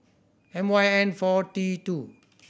M Y N four T two